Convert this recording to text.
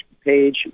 page